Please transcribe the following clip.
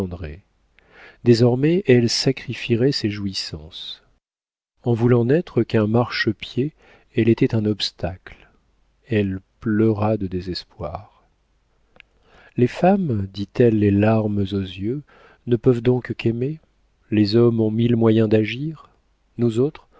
désormais elle sacrifierait ses jouissances en voulant n'être qu'un marchepied elle était un obstacle elle pleura de désespoir les femmes dit-elle les larmes aux yeux ne peuvent donc qu'aimer les hommes ont mille moyens d'agir nous autres